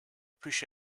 push